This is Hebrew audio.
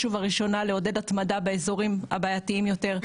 ובראשונה לעודד התמדה באזורים הבעייתיים יותר,